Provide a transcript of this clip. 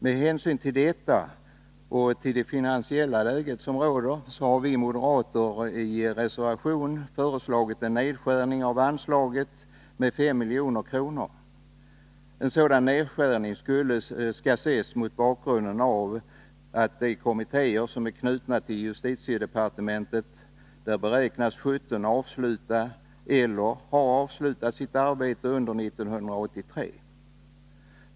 Med hänsyn till detta och till det finansiella läge som råder har vi moderater i reservation föreslagit en nedskärning av anslaget med 5 milj.kr. En sådan nedskärning skall också ses mot bakgrund av att 17 av de kommittéer som är knutna till justitiedepartementet beräknas avsluta — eller har avslutat — sitt arbete under 1983.